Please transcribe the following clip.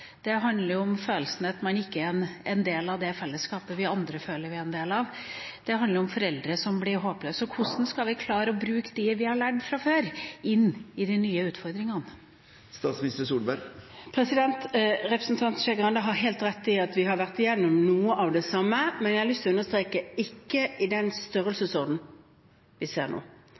følelsen av at man ikke er en del av det fellesskapet vi andre føler vi er en del av, og det handler om foreldre som blir håpløse. Hvordan skal vi klare å bruke det vi har lært fra før, inn i de nye utfordringene? Representanten Skei Grande har helt rett i at vi har vært igjennom noe av det samme, men jeg har lyst til å understreke: ikke i den størrelsesordenen vi ser nå.